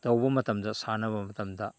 ꯇꯧꯕ ꯃꯇꯝꯗ ꯁꯥꯟꯅꯕ ꯃꯇꯝꯗ